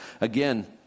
Again